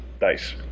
Dice